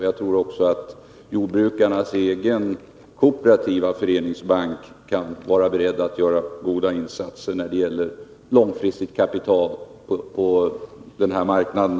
Jag tror också att jordbrukarnas egen kooperativa föreningsbank kan vara beredd att göra goda insatser när det gäller långfristigt kapital på den här marknaden.